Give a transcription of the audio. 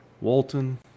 Walton